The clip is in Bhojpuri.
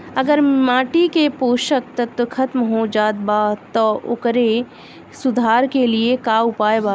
अगर माटी के पोषक तत्व खत्म हो जात बा त ओकरे सुधार के लिए का उपाय बा?